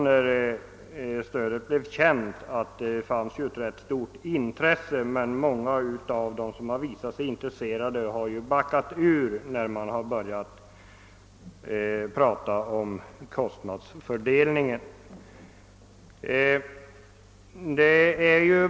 När bestämmelserna blev kända visade det sig också att intresset var stort, men många backade ut då de fick klarhet om kostnadsfördelningen.